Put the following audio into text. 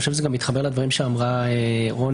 אני חושב שזה גם מתחבר לדברים שאמרה רוני,